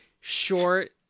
short